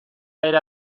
era